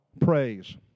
praise